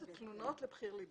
--- את טוענת שהסעיף הזה מיותר.